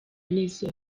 nizzo